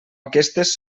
aquestes